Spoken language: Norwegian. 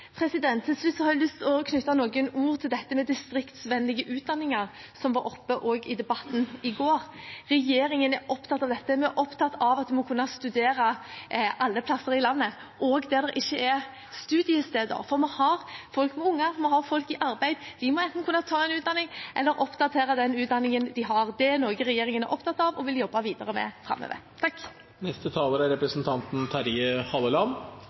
har jeg lyst til å knytte noen ord til dette med distriktsvennlige utdanninger, som var oppe også i debatten i går. Regjeringen er opptatt av dette. Vi er opptatt av at en må kunne studere alle plasser i landet, også der det ikke er studiesteder. For vi har folk med unger, og vi har folk i arbeid, og de må enten kunne ta en utdanning eller oppdatere den utdanningen de har. Det er noe regjeringen er opptatt av og vil jobbe videre med framover.